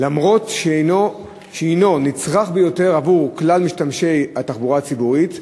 למרות שהנו נצרך ביותר עבור כלל משתמשי התחבורה הציבורית,